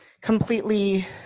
completely